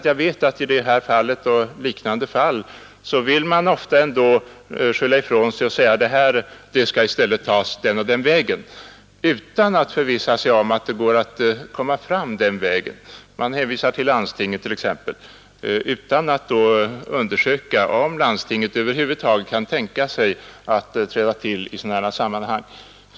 Jag vet att man ofta vill skylla ifrån sig och säga att ”det här skall gå den och den vägen” utan att ta reda på om det verkligen går att komma fram den vägen. Man hänvisar t.ex. till landsting utan att undersöka om landstinget över huvud taget kan tänka sig att träda till i sådana här sammanhang.